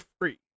free